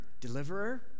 deliverer